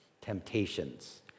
temptations